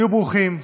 היו ברוכים.